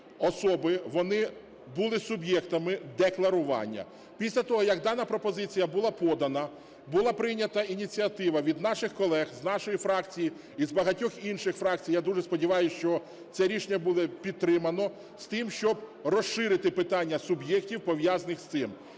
особи, вони були суб'єктами декларування. Після того, як дана пропозиція була подана, була прийнята ініціатива від наших колег з нашої фракції і з багатьох інших фракцій (я дуже сподіваюсь, що це рішення буде підтримано) з тим, щоб розширити питання суб'єктів пов'язаних з цим.